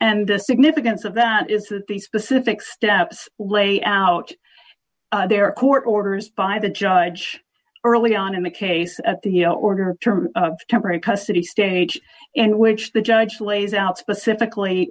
and the significance of that is that these specific steps lay out their court orders by the judge early on in the case at the order of term of temporary custody stage and which the judge lays out specifically